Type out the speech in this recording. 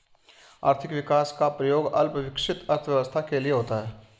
आर्थिक विकास का प्रयोग अल्प विकसित अर्थव्यवस्था के लिए होता है